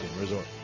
Resort